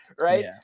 right